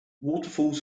waterfalls